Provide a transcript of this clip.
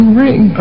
ring